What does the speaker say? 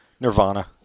Nirvana